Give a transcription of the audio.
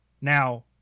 Now